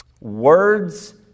Words